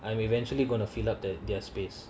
I'm eventually gonna to fill up their their space